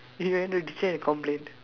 he went to teacher and complain